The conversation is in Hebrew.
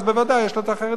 אז בוודאי יש לו את החרדים,